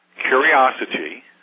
curiosity